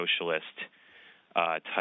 socialist-type